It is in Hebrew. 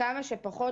כמה שפחות.